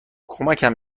کمکم